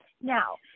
Now